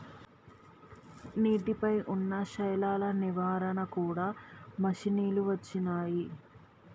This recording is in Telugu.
నీటి పై వున్నా శైవలాల నివారణ కూడా మషిణీలు వచ్చినాయి